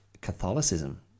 Catholicism